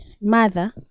mother